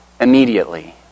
immediately